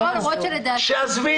תרשמי